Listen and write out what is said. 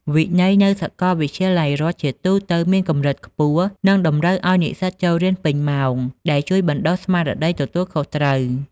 វិន័យនៅសាកលវិទ្យាល័យរដ្ឋជាទូទៅមានកម្រិតខ្ពស់ និងតម្រូវឲ្យនិស្សិតចូលរៀនពេញម៉ោង ដែលជួយបណ្ដុះស្មារតីទទួលខុសត្រូវ។